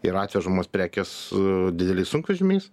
ir atvežams prekės dideliais sunkvežimiais